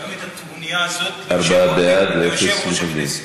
את הטרוניה הזאת ליושב-ראש הכנסת.